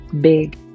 big